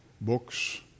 books